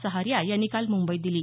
सहारिया यांनी काल मुंबईत दिली